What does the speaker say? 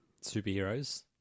superheroes